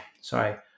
sorry